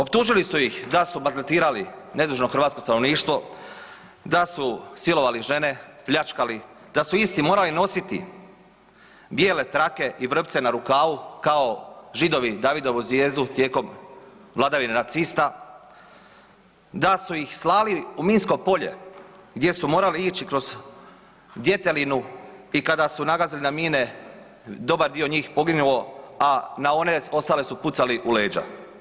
Optužili su ih da su maltretirali nedužno hrvatsko stanovništvo, da su silovali žene, pljačkali, da su isti morali nositi bijele trake i vrpce na rukavu kao Židovi Davidovu zvijezdu tijekom vladavine nacista, da su ih slali u minsko polje gdje su morali ići kroz djetelinu i kada su nagazili na mine dobar dio njih je poginuo, a na one ostale su pucali u leđa.